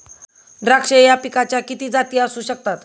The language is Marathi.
द्राक्ष या पिकाच्या किती जाती असू शकतात?